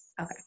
Okay